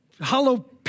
hollow